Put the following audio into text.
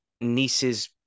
niece's